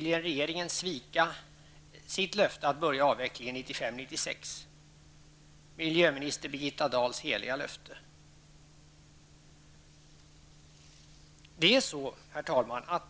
Det är, herr talman,